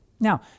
Now